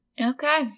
Okay